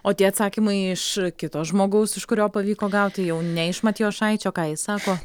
o tie atsakymai iš kito žmogaus iš kurio pavyko gauti jau ne iš matijošaičio ką jis sako